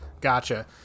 gotcha